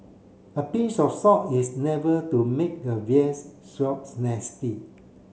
a pinch of salt is never to make a veals